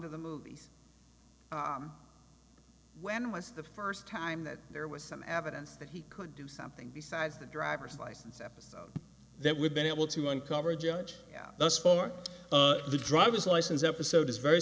to the movies when was the first time that there was some evidence that he could do something besides the driver's license episode that we've been able to uncover a judge that's for the driver's license episode is very